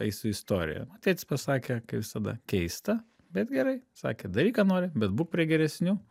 eisiu į istoriją o tėtis pasakė kaip visada keista bet gerai sakė daryk ką nori bet būk prie geresnių